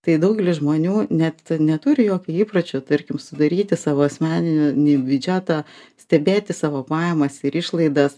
tai daugelis žmonių net neturi jokio įpročio tarkim sudaryti savo asmeninį biudžetą stebėti savo pajamas ir išlaidas